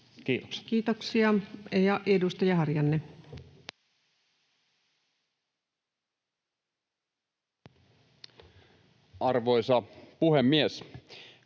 mitä vain. Kiitoksia. — Edustaja Talvitie. Arvoisa puhemies!